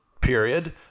period